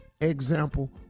Example